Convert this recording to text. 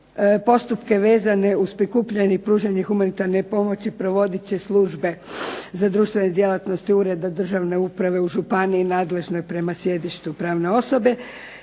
Postupke vezane uz prikupljanje i pružanje humanitarne pomoći provoditi će službe za društvene djelatnosti ureda državne uprave u županiji nadležnoj prema sjedištu pravne osobe